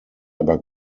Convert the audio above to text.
aber